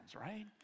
right